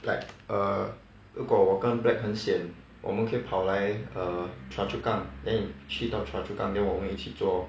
like err 如果我跟 black 很 sian 我们可以跑来 err choa chu kang then 你去到 choa chu kang 跟我们一起做 lor